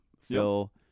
Phil